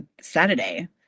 Saturday